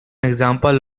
example